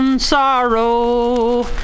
sorrow